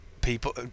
people